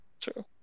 true